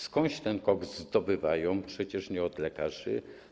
Skądś ten koks zdobywają - przecież nie od lekarzy.